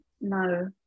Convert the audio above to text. no